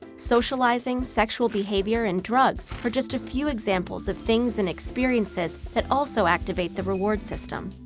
socializing, sexual behavior, and drugs are just a few examples of things and experiences that also activate the reward system.